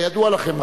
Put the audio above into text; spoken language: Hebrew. כידוע לכם,